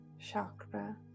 chakra